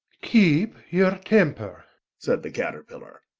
keep your temper said the caterpillar.